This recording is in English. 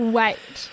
wait